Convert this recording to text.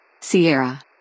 Sierra